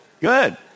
Good